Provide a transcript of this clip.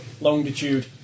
longitude